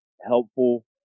helpful